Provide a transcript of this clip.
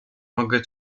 mogę